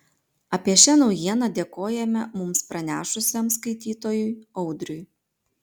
apie šią naujieną dėkojame mums pranešusiam skaitytojui audriui